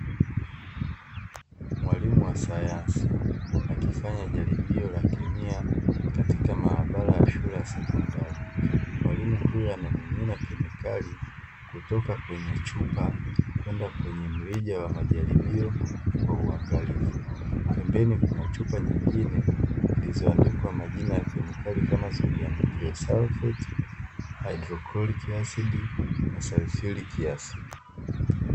Mwalimu wa sayansi akifanya jaribio la kemia katika maabara ya shule ya sekondari, mwalimu huyo anamimina kemikali kutoka kwenye chupa kwenda kwenye mrija wa majaribio kwa uangalifu, pembeni kuna chupa nyingine zilizoandikwa majina ya kemikali kama sodiamu salfeti, na salfuliki asidi.